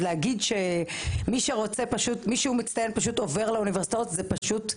להגיד שמי שמצטיין עובר לאוניברסיטאות זה לא מדויק.